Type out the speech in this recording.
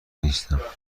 نیستم